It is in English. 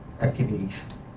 activities